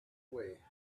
away